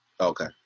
Okay